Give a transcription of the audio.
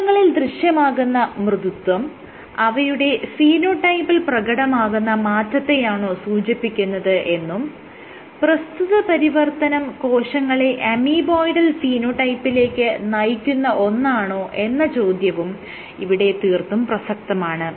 കോശങ്ങളിൽ ദൃശ്യമാകുന്ന മൃദുത്വം അവയുടെ ഫീനോടൈപ്പിൽ പ്രകടമാകുന്ന മാറ്റത്തെയാണോ സൂചിപ്പിക്കുന്നത് എന്നും പ്രസ്തുത പരിവർത്തനം കോശങ്ങളെ അമീബോയ്ഡൽ ഫീനോടൈപ്പിലേക്ക് നയിക്കുന്ന ഒന്നാണോ എന്ന ചോദ്യവും ഇവിടെ തീർത്തും പ്രസക്തമാണ്